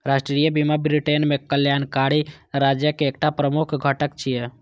राष्ट्रीय बीमा ब्रिटेन मे कल्याणकारी राज्यक एकटा प्रमुख घटक छियै